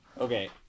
Okay